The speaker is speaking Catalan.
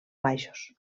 baixos